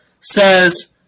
Says